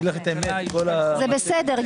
זה בסדר.